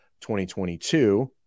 2022